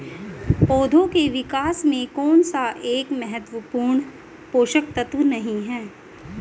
पौधों के विकास में कौन सा एक महत्वपूर्ण पोषक तत्व नहीं है?